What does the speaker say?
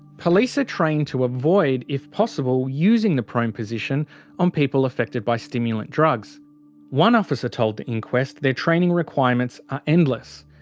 police are ah trained to avoid, if possible, using the prone position on people affected by stimulant drugs one officer told the inquest their training requirements endless,